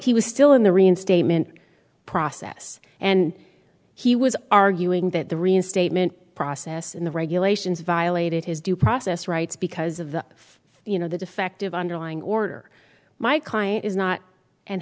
he was still in the reinstatement process and he was arguing that the reinstatement process in the regulations violated his due process rights because of the few know the defective underlying order my client is not and